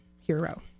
Hero